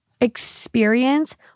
experience